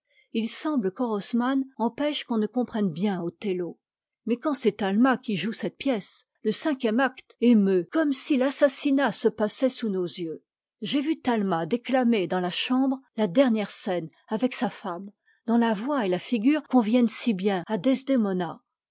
il semble qu'orosmane empêche qu'on ne comprenne bien othello mais quand c'est talma qui joue cette pièce le cinquième acte émeut comme si l'assassinat se passait sous nos yeux j'ai vu talma déclamer dans la chambre la dernière scène avec sa femme dont la voix et la figure conviennent si bien à